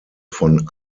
von